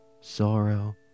sorrow